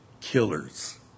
killers